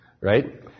Right